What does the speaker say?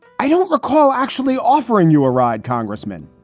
i don't recall actually offering you a ride, congressman.